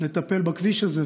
לטפל בכביש הזה,